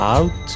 Out